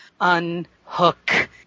Unhook